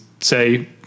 say